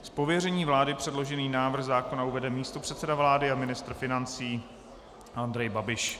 Z pověření vlády předložený návrh zákona uvede místopředseda vlády a ministr financí Andrej Babiš.